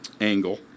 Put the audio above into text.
angle